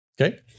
Okay